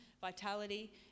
vitality